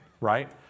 Right